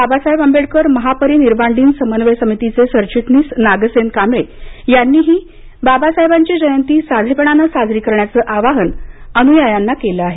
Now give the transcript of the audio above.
बाबासाहेब आंबेडकर महापरिनिर्वाण दिन समन्वय समितीचे सरचिटणीस नागसेन कांबळे यांनीही बाबासाहेबांची जयंती साधेपणाने साजरी करण्याचं आवाहन अनुयायांना केलं आहे